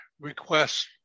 request